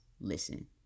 listen